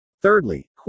Thirdly